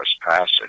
Passage